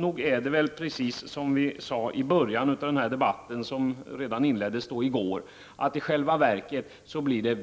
Nog är det precis som vi sade i början av debatten som inleddes i går, nämligen att det i själva verket blir